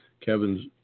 Kevin's